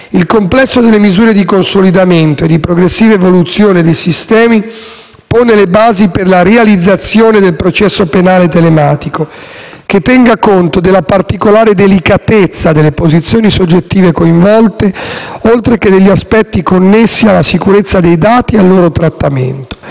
Il complesso delle misure di consolidamento e progressiva evoluzione dei sistemi pone le basi per la realizzazione del processo penale telematico, che tenga conto della particolare delicatezza delle posizioni soggettive coinvolte, oltre che degli aspetti connessi alla sicurezza dei dati e al loro trattamento.